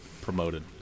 promoted